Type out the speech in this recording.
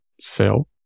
sell